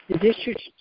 district